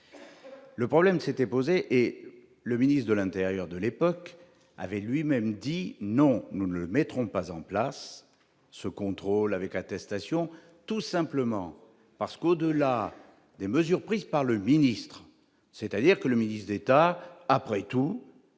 le problème s'était posé et le ministre de l'intérieur de l'époque avait lui-même dit : non, nous ne mettrons pas en place ce contrôle avec attestation tout simplement parce qu'au-delà des mesures prises par le ministre, c'est-à-dire que le ministre d'État, après tout,